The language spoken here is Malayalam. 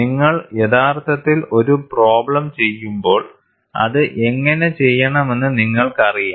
നിങ്ങൾ യഥാർത്ഥത്തിൽ ഒരു പ്രോബ്ലം ചെയ്യുമ്പോൾ അത് എങ്ങനെ ചെയ്യണമെന്ന് നിങ്ങൾക്കറിയാം